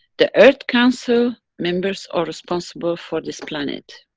the earth council members are responsible for this planet.